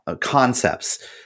concepts